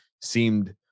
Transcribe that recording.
seemed